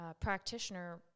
practitioner